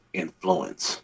influence